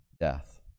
death